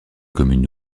commune